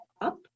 Up